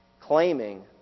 claiming